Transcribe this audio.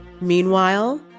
Meanwhile